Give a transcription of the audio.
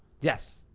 yes,